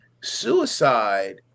suicide